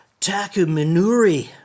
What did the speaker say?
Takuminuri